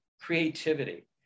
creativity